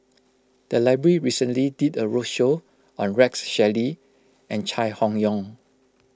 the library recently did a roadshow on Rex Shelley and Chai Hon Yoong